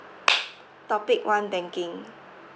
topic one banking